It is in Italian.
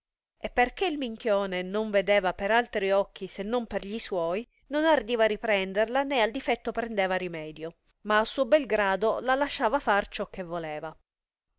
e perchè il minchione non vedeva per altri occhi se non per gli suoi non ardiva riprenderla né al diffetto prendeva rimedio ma a suo bel grado la lasciava far ciò che voleva